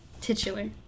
Titular